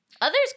Others